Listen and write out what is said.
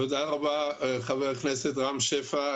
תודה רבה, חבר הכנסת רם שפע.